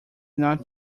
not